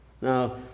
Now